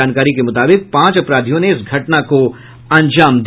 जानकारी के मुताबिक पांच अपराधियों ने इस घटना को अंजाम दिया